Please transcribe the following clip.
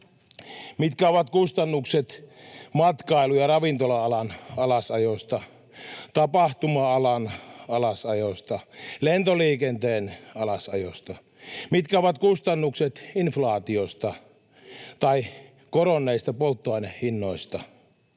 Mitkä ovat kustannukset matkailu‑ ja ravintola-alan alasajosta, tapahtuma-alan alasajosta, lentoliikenteen alasajosta? Mitkä ovat kustannukset inflaatiosta tai kohonneista polttoainehinnoista?